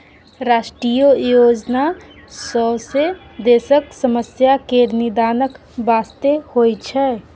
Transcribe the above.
राष्ट्रीय योजना सौंसे देशक समस्या केर निदानक बास्ते होइ छै